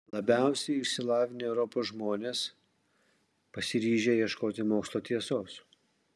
labiausiai išsilavinę europos žmonės pasiryžę ieškoti mokslo tiesos